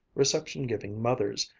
reception-giving mothers,